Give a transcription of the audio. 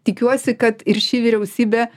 tikiuosi kad ir ši vyriausybė